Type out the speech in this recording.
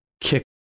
kick